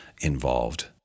involved